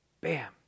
bam